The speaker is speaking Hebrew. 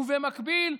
ובמקביל,